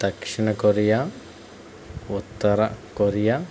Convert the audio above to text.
దక్షిణ కొరియా ఉత్తర కొరియా